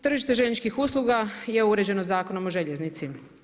Tržište željezničkih usluga je uređeno Zakonom o željeznici.